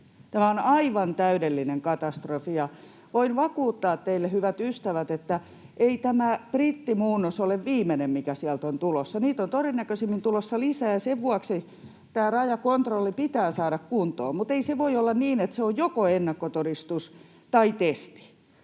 Tämä on aivan täydellinen katastrofi. Ja voin vakuuttaa teille, hyvät ystävät, että ei tämä brittimuunnos ole viimeinen, mikä sieltä on tulossa. Niitä on todennäköisimmin tulossa lisää, ja sen vuoksi tämä rajakontrolli pitää saada kuntoon, mutta ei se voi olla niin, että se on joko ennakkotodistus tai testi,